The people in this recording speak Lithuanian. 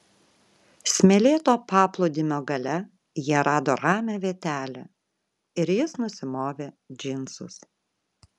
smėlėto paplūdimio gale jie rado ramią vietelę ir jis nusimovė džinsus